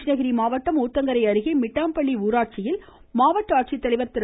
கிருஷ்ணகிரி மாவட்டம் ஊத்தங்கரை அருகே மிட்டாம்பள்ளி ஊராட்சியில் மாவட்ட ஆட்சித்தலைவர் திரு